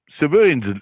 civilians